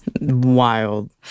Wild